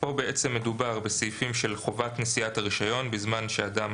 פה בעצם מדובר בסעיפים של חובת נשיאת הרישיון בזמן שאדם